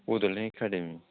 Bodoland academy